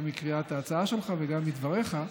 גם מקריאת ההצעה שלך וגם מדבריך.